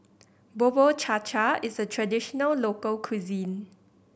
Bubur Cha Cha is a traditional local cuisine